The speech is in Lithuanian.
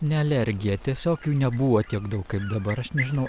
ne alergija tiesiog jų nebuvo tiek daug kad dabar aš nežinau